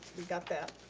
we got that.